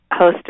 hosted